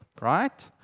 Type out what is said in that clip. right